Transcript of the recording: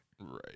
Right